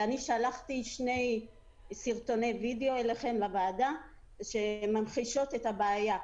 אני שלחתי שני סרטוני וידאו אליכם לוועדה שממחישות את הבעיה,